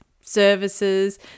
services